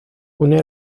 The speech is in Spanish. une